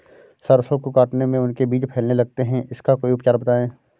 सरसो को काटने में उनके बीज फैलने लगते हैं इसका कोई उपचार बताएं?